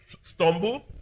stumble